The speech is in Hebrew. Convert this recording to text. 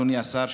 אדוני השר,